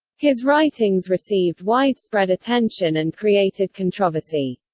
his writings received widespread attention and created controversy.